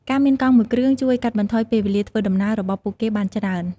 ការមានកង់មួយគ្រឿងជួយកាត់បន្ថយពេលវេលាធ្វើដំណើររបស់ពួកគេបានច្រើន។